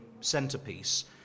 centerpiece